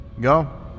Go